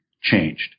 changed